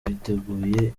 biteguye